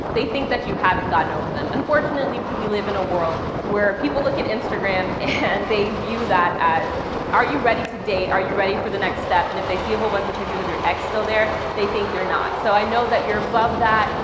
they think that you haven't gotten over them. unfortunately, we live in a world where people look at instagram and they view that as are you ready to date? are you ready for the next step? and if they see a whole bunch of pictures of your ex still there, they think you're not. so i know that you're above that.